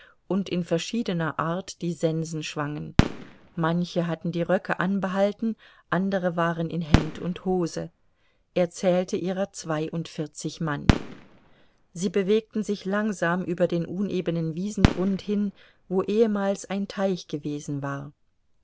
und in verschiedener art die sensen schwangen manche hatten die röcke anbehalten andere waren in hemd und hose er zählte ihrer zweiundvierzig mann sie bewegten sich langsam über den unebenen wiesengrund hin wo ehemals ein teich gewesen war